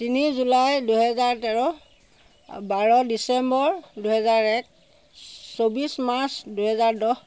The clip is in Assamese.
তিনি জুলাই দুহেজাৰ তেৰ বাৰ ডিচেম্বৰ দুহেজাৰ এক চৌব্বিছ মাৰ্চ দুহেজাৰ দহ